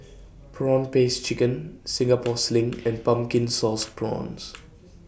Prawn Paste Chicken Singapore Sling and Pumpkin Sauce Prawns